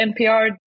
NPR